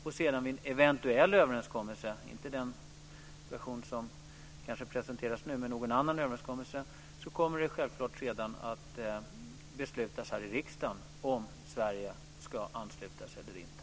Vid en eventuell överenskommelse - kanske inte den som presenteras nu - kommer det självklart att beslutas här i riksdagen om Sverige ska ansluta sig eller inte.